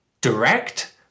direct